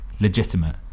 legitimate